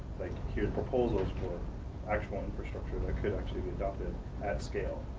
like pure proposals were actual infrastructure that could actually be done in at scale.